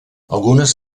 algunes